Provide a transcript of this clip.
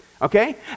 Okay